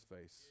face